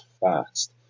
fast